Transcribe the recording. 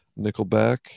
Nickelback